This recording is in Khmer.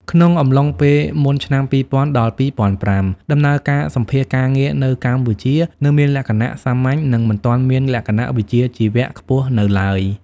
ក្នុងអំឡុងពេលមុនឆ្នាំ ២០០០ ដល់ ២០០៥ ដំណើរការសម្ភាសន៍ការងារនៅកម្ពុជានៅមានលក្ខណៈសាមញ្ញ និងមិនទាន់មានលក្ខណៈវិជ្ជាជីវៈខ្ពស់នៅឡើយ។